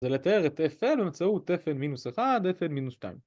זה לתאר את fn באמצעות fn-1, fn-2